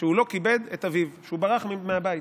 שהוא לא כיבד את אביו, שהוא ברח מהבית.